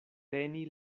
teni